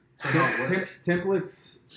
Templates